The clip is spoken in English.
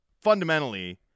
Fundamentally